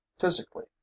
Physically